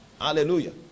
Hallelujah